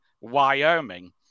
Wyoming